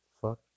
fuck